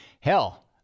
Hell